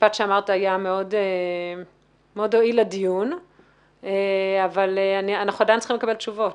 המשפט שאמרת מאוד הועיל לדיון אבל אנחנו עדיין צריכים לקבל תשובות.